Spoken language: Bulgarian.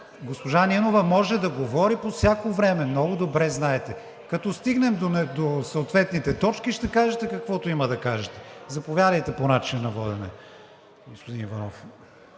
Госпожа Нинова може да говори по всяко време, много добре знаете. Като стигнем до съответните точки, ще кажете каквото има да кажете. Заповядайте по начина на водене, господин Иванов.